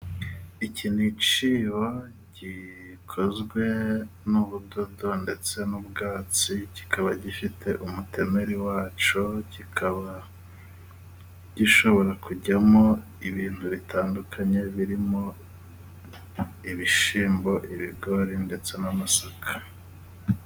Iki ni icyibo gikozwe n'ubudodo ndetse n'ubwatsi kikaba gifite umutemeri wacyo, kikaba gishobora kujyamo ibintu bitandukanye birimo ibishyimbo, ibigori ndetse n'amasaka.